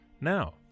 Now